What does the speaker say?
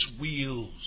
wheels